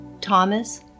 Thomas